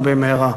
ובמהרה.